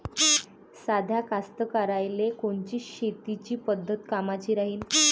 साध्या कास्तकाराइले कोनची शेतीची पद्धत कामाची राहीन?